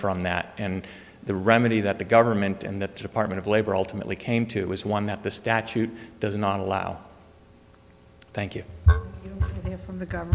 from that and the remedy that the government and the department of labor ultimately came to is one that the statute does not allow thank you from the